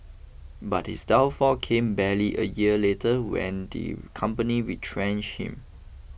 but his downfall came barely a year later when the company retrenched him